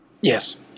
Yes